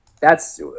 thats